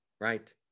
Right